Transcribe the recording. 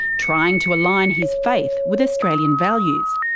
trying to align his faith with australian values.